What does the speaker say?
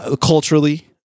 culturally